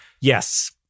yes